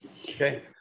okay